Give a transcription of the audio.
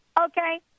Okay